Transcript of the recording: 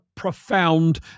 profound